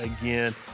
again